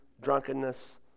drunkenness